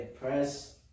Press